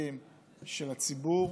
משפטים של הציבור.